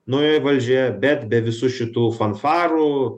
naujoje valdžioje bet be visų šitų fanfarų